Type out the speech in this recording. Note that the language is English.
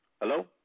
Hello